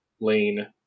lane